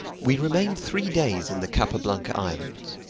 we remained three days in the capa blanca islands.